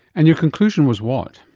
and your conclusion was what?